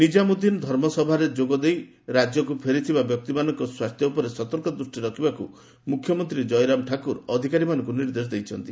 ନିଜାମୁଦ୍ଦିନ୍ ଧର୍ମସଭାରେ ଯୋଗଦେଇ ରାଜ୍ୟକୁ ଫେରିଥିବା ବ୍ୟକ୍ତିମାନଙ୍କ ସ୍ୱାସ୍ଥ୍ୟ ଉପରେ ସତର୍କ ଦୃଷ୍ଟି ରଖିବାକୁ ମୁଖ୍ୟମନ୍ତ୍ରୀ ଜୟରାମ ଠାକୁର ଅଧିକାରୀମାନଙ୍କୁ ନିର୍ଦ୍ଦେଶ ଦେଇଛନ୍ତି